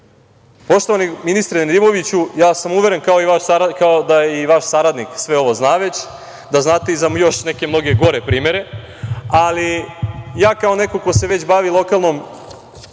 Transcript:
Srbiju. Poštovani ministre Nedimoviću, ja sam uveren da i vaš saradnik sve ovo već zna, da znate i za još neke mnogo gore primere, ali ja, kao neko ko se već bavi lokalnom